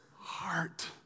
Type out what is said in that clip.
heart